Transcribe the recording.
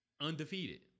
undefeated